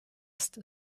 ist